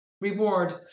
reward